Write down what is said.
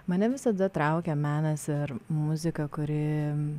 mane visada traukia menas ir muzika kuri